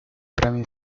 premi